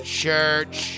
church